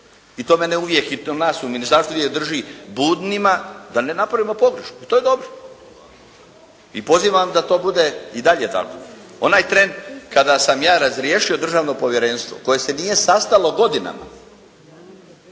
i to mene uvijek i nas u ministarstvu drži budnima da ne napravimo pogrešku i to je dobro i pozivam da to bude i dalje tako. Onaj tren kada sam ja razriješio državno povjerenstvo koje se nije sastalo godinama,